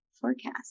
forecast